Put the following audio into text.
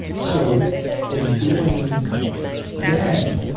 so in doing that,